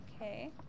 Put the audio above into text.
Okay